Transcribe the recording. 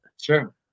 sure